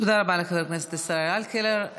תודה רבה לחבר הכנסת ישראל אייכלר.